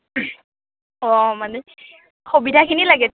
অঁ মানে সুবিধাখিনি লাগে